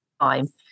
time